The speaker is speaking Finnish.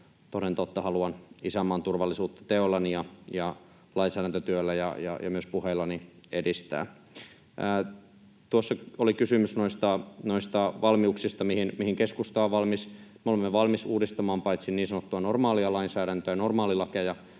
toden totta haluan isänmaan turvallisuutta teoillani ja lainsäädäntötyöllä ja myös puheillani edistää. Tuossa oli kysymys noista valmiuksista, mihin keskusta on valmis. Me olemme valmiita uudistamaan paitsi niin sanottua normaalia lainsäädäntöä, normaalilakeja,